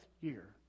year